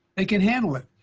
they can handle it,